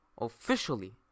officially